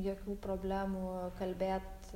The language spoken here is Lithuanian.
jokių problemų kalbėt